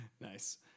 Nice